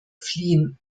fliehen